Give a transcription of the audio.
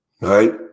Right